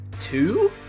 two